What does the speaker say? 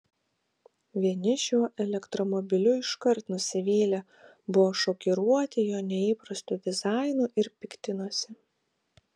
vieni šiuo elektromobiliu iškart nusivylė buvo šokiruoti jo neįprastu dizainu ir piktinosi